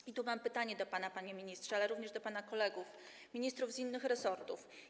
I tu mam pytanie do pana, panie ministrze, ale również do pana kolegów, ministrów z innych resortów: